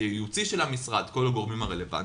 הייעוצי של המשרד וכל הגורמים הרלוונטיים,